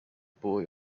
boy